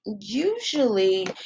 usually